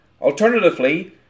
Alternatively